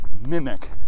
Mimic